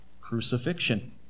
crucifixion